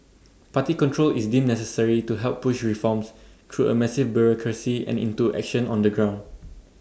party control is deemed necessary to help push reforms through A massive bureaucracy and into action on the ground